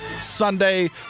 Sunday